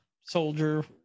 soldier